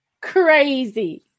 crazy